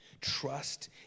Trust